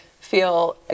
feel